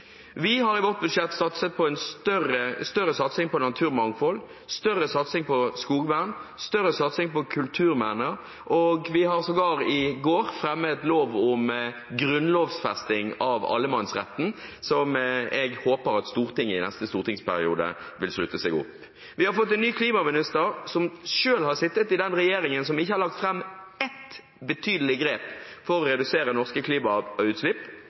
Vi har i vårt budsjett en større satsing på naturmangfold, større satsing på skogvern og større satsing på kulturvern. Vi fremmet sågar i går et forslag til lov om grunnlovfesting av allemannsretten, som jeg håper at Stortinget i neste stortingsperiode vil slutte seg til. Vi har fått en ny klimaminister som selv har sittet i den regjeringen som ikke har lagt fram ett betydelig grep for å redusere norske klimautslipp